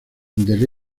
del